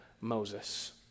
Moses